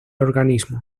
organismo